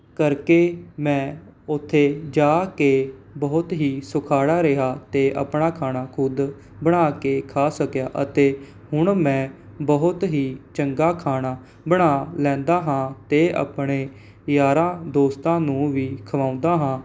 ਕਰਕੇ ਮੈਂ ਉੱਥੇ ਜਾ ਕੇ ਬਹੁਤ ਹੀ ਸੁਖਾਲਾ ਰਿਹਾ ਅਤੇ ਆਪਣਾ ਖਾਣਾ ਖੁਦ ਬਣਾ ਕੇ ਖਾ ਸਕਿਆ ਅਤੇ ਹੁਣ ਮੈਂ ਬਹੁਤ ਹੀ ਚੰਗਾ ਖਾਣਾ ਬਣਾ ਲੈਂਦਾ ਹਾਂ ਅਤੇ ਆਪਣੇ ਯਾਰਾਂ ਦੋਸਤਾਂ ਨੂੰ ਵੀ ਖੁਆਉਂਦਾ ਹਾਂ